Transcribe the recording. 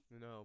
No